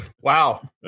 Wow